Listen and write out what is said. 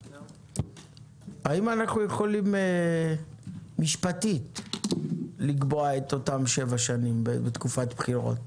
האם אנו יכולים משפטית לקבוע אותן שבע שנים בתקופת בחירות?